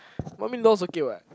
one million dollar is okay what